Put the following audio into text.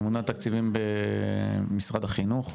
ממונה על תקציבים במשרד החינוך.